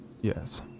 yes